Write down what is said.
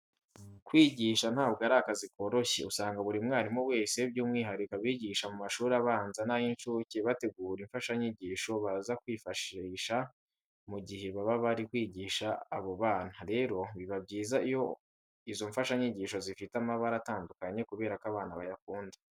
Kwigisha ntabwo ari akazi koroshye, usanga buri mwarimu wese by'umwihariko abigisha mu mashuri abanza n'ay'inshuke bategura imfashanyigisho baza kwifashisha mu gihe baba bari kwigisha abo bana. Rero, biba byiza iyo izo mfashanyigisho zifite amabara atandukanye kubera ko abana bayakunda.